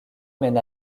mène